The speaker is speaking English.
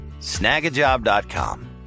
Snagajob.com